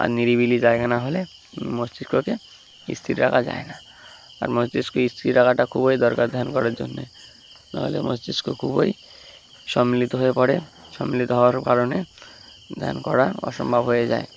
আর নিরিবিলি জায়গা না হলে মস্তিষ্ককে স্থির রাখা যায় না আর মস্তিষ্ক স্থির রাখাটা খুবই দরকার ধ্যান করার জন্যে নাহলে মস্তিষ্ক খুবই সম্মিলিত হয়ে পড়ে সম্মিলিত হওয়ার কারণে ধ্যান করা অসম্ভব হয়ে যায়